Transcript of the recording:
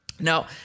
Now